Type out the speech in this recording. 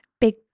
big